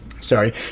sorry